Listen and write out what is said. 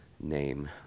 name